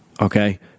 okay